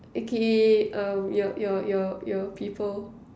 okay um your your your your your people